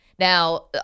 Now